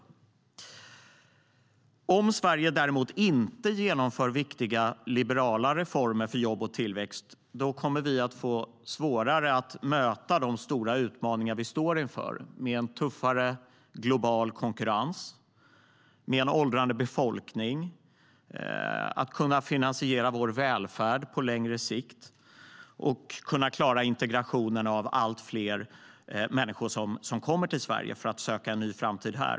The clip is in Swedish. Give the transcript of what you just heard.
Om Sverige däremot inte genomför viktiga liberala reformer för jobb och tillväxt kommer vi att få svårare att möta de stora utmaningar som vi står inför med en tuffare global konkurrens, en åldrande befolkning, välfärdens finansiering på längre sikt och integrationen av allt fler människor som kommer till Sverige för att söka en ny framtid här.